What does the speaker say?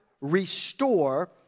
restore